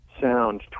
sound